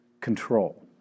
Control